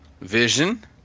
Vision